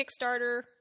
Kickstarter